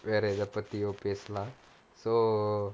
வேற எத பத்தியோ பேசலாம்:vera etha pathiyo pesalaam so